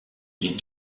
les